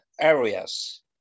areas